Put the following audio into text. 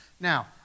Now